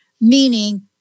Meaning